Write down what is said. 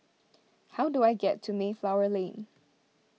how do I get to Mayflower Lane